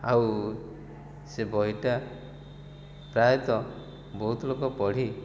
ଆଉ ସେ ବହିଟା ପ୍ରାୟତଃ ବହୁତ ଲୋକ ପଢ଼ି